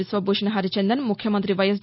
బిశ్వ భూషణ్ హరిచందన్ ముఖ్యమంత్రి వైఎస్